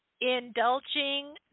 Indulging